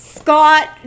Scott